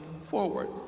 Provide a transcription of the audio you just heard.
forward